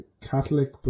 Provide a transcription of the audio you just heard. catholic